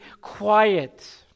quiet